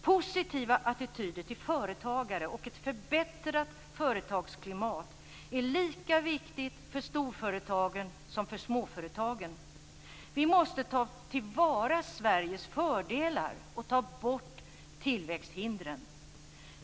Positiva attityder till företagare och ett förbättrat företagsklimat är lika viktigt för storföretagen som för småföretagen. Vi måste ta till vara Sveriges fördelar och ta bort tillväxthindren.